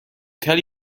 tell